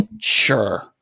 Sure